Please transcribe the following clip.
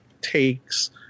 takes